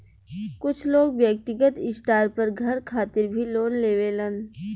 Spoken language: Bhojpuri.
कुछ लोग व्यक्तिगत स्टार पर घर खातिर भी लोन लेवेलन